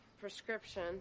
prescription